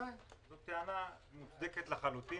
בוודאי זו טענה מוצדקת לחלוטין.